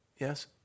Yes